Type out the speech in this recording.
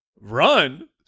Run